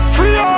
Free